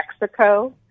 Mexico